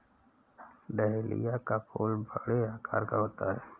dahlia का फूल बड़े आकार का होता है